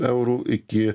eurų iki